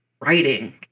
writing